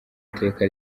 iteka